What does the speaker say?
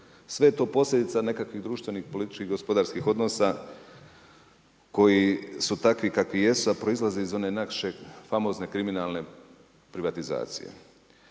Sve to je posljedica nekakvih društvenih, političkih i gospodarskih odnosa koji su takvi kakvi jesu, a proizlaze iz onog naše famozne kriminalne privatizacije,